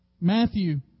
Matthew